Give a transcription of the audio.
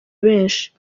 benshi